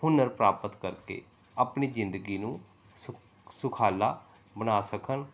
ਹੁਨਰ ਪ੍ਰਾਪਤ ਕਰਕੇ ਆਪਣੀ ਜ਼ਿੰਦਗੀ ਨੂੰ ਸੁਖ ਸੁਖਾਲਾ ਬਣਾ ਸਕਣ